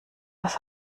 was